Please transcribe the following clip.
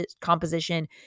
composition